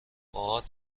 باهات